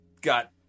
got